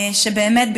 שבאמת,